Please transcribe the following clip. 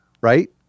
right